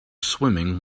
swimming